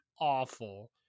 awful